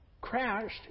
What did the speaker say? crashed